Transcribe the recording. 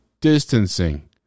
distancing